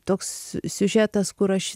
toks siužetas kur aš